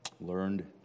learned